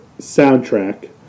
soundtrack